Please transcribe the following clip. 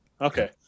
Okay